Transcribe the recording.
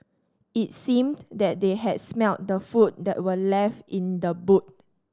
it seemed that they had smelt the food that were left in the boot